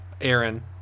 Aaron